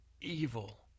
Evil